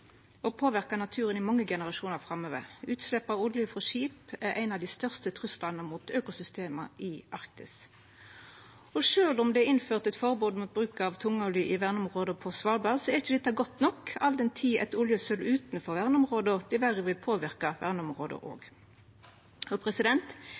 og påverka naturen i mange generasjonar framover. Utslepp av olje frå skip er ein av dei største truslane mot økosystema i Arktis. Og sjølv om det er innført eit forbod mot bruk av tungolje i verneområda på Svalbard, er ikkje dette godt nok, all den tid eit oljesøl utanfor